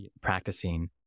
practicing